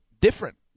different